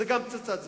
זה גם פצצת זמן.